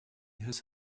his